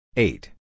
Eight